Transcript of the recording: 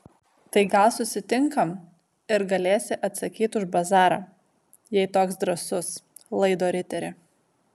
tai gal susitinkam ir galėsi atsakyt už bazarą jei toks drąsus laido riteri